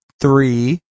Three